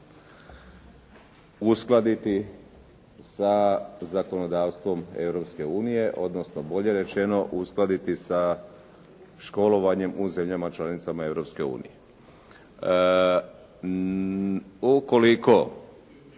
uskladiti sa zakonodavstvom Europske unije odnosno bolje rečeno uskladiti sa školovanjem u zemljama članicama Europske